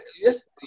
yes